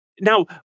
Now